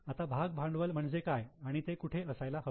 आता भाग भांडवल म्हणजे काय आणि ते कुठे असायला हवे